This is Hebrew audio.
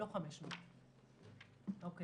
לא 500. אני